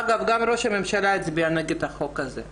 אגב, גם ראש הממשלה הצביע נגד החוק הזה.